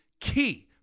key